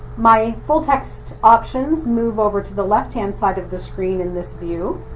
my full text options move over to the left-hand side of the screen in this view.